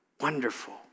wonderful